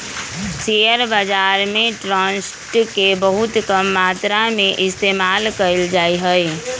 share बाजार में trust के बहुत कम मात्रा में इस्तेमाल कइल जा हई